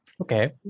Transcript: Okay